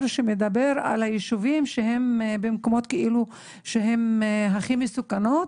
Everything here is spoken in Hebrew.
שמדבר על היישובים שהם במקומות הכי מסוכנים,